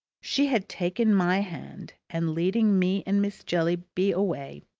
she had taken my hand, and leading me and miss jellyby away,